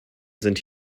sind